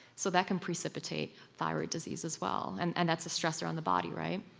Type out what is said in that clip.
so that can precipitate thyroid disease as well, and and that's a stress around the body, right?